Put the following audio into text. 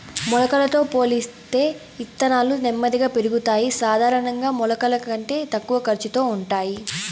మొలకలతో పోలిస్తే ఇత్తనాలు నెమ్మదిగా పెరుగుతాయి, సాధారణంగా మొలకల కంటే తక్కువ ఖర్చుతో ఉంటాయి